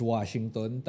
Washington